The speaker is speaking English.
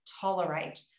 tolerate